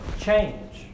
Change